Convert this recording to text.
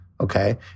Okay